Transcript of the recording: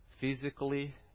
physically